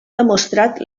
demostrat